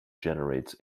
generates